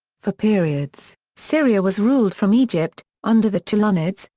for periods, syria was ruled from egypt, under the tulunids,